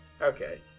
Okay